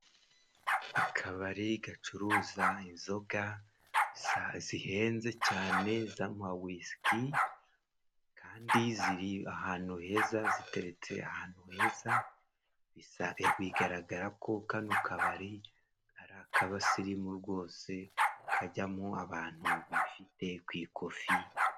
Akabari gacuruza inzoga zihenze cyane z'amawisiki kandi ziri ahantu heza, ziteretse ahantu heza, bigaragara ko kano kabari, ari ak'abasirimu rwose kajyamo abantu bifite ku ikofi.